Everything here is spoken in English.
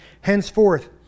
henceforth